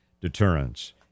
Deterrence